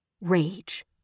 Rage